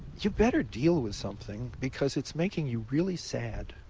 you better deal with something because it's making you really sad.